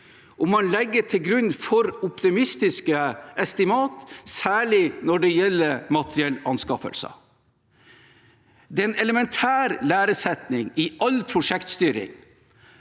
man legger til grunn for optimistiske estimat, særlig når det gjelder materiellanskaffelser. Det er en elementær læresetning i all prosjektstyring